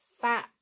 fat